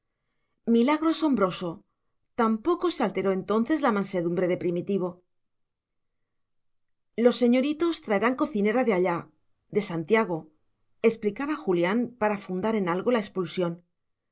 milagro asombroso tampoco se alteró entonces la mansedumbre de primitivo los señoritos traerán cocinera de allá de santiago explicaba julián para fundar en algo la expulsión